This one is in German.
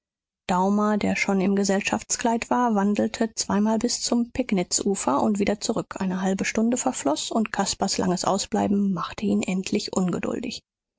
daumer der schon im gesellschaftskleid war wandelte zweimal bis zum pegnitzufer und wieder zurück eine halbe stunde verfloß und caspars langes ausbleiben machte ihn endlich ungeduldig